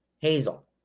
hazel